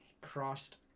crossed